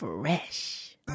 Fresh